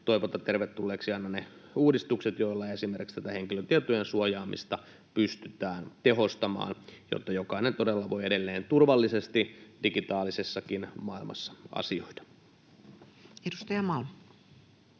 toivotan tervetulleeksi aina ne uudistukset, joilla esimerkiksi tätä henkilötietojen suojaamista pystytään tehostamaan, jotta jokainen todella voi edelleen turvallisesti digitaalisessakin maailmassa asioida. [Speech 240]